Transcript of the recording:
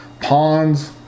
Ponds